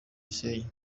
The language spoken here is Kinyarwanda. gisenyi